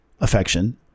affection